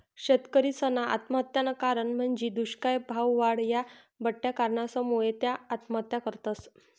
शेतकरीसना आत्महत्यानं कारण म्हंजी दुष्काय, भाववाढ, या बठ्ठा कारणसमुये त्या आत्महत्या करतस